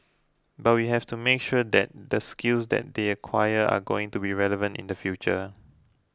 but we have to make sure that the skills that they acquire are going to be relevant in the future